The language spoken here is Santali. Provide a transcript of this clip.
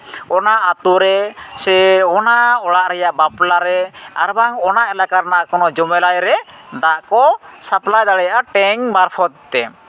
ᱚᱱᱟ ᱟᱛᱳ ᱨᱮᱥᱮ ᱚᱱᱟ ᱚᱲᱟᱜ ᱨᱮᱭᱟᱜ ᱵᱟᱯᱞᱟᱨᱮ ᱟᱨ ᱵᱟᱝ ᱚᱱᱟ ᱮᱞᱟᱠᱟ ᱨᱮᱱᱟᱜ ᱠᱳᱱᱚ ᱡᱚᱢᱮᱞᱟᱭ ᱨᱮ ᱫᱟᱜ ᱠᱚ ᱥᱟᱯᱞᱟᱭ ᱫᱟᱲᱮᱭᱟᱜᱼᱟ ᱴᱮᱝᱠ ᱢᱟᱨᱯᱷᱚᱛ ᱛᱮ